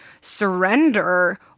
surrender